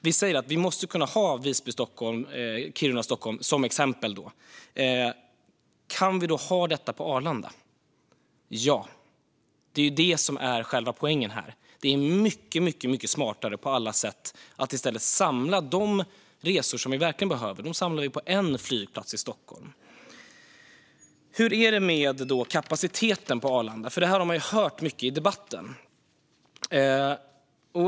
Vi säger att vi måste kunna ha Visby-Stockholm och Kiruna-Stockholm, som exempel, och då är den stora frågan: Kan vi ha detta på Arlanda? Ja. Det är det som är själva poängen. Det är mycket smartare på alla sätt att i stället samla de resor som vi verkligen behöver på en flygplats i Stockholm. Hur är det då med kapaciteten på Arlanda? Det här har man ju hört mycket om i debatten.